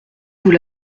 vous